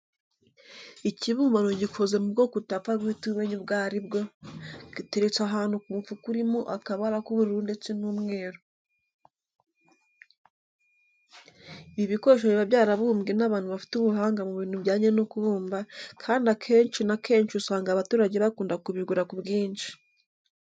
Ikibumbano gikoze mu bwoko utapfa guhita umenya ubwo ari bwo, giteretse ahantu ku mufuka urimo akabara k'ubururu ndetse n'umweru. Ibi bikoresho biba byarabumbwe n'abantu bafite ubuhanga mu bintu bijyanye no kubumba, kandi akenshi na kanshi usanga abaturage bakunda kubigura ku bwinshi.